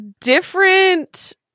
different